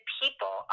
people